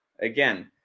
Again